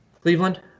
Cleveland